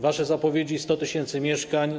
Wasze zapowiedzi to 100 tys. mieszkań.